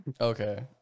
Okay